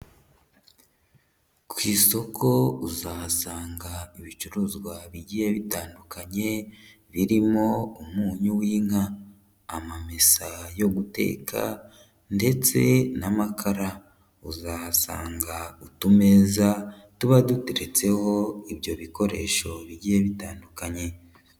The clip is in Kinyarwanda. Ku isoko uzahasanga ibicuruzwa bigiye bitandukanye, birimo umunyu w'inka. Amamesa yo guteka ndetse n'amakara . Uzahasanga utumeza tuba duteretseho ibyo bikoresho bigiye bitandukanye.